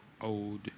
old